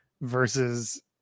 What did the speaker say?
versus